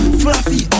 fluffy